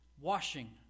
washing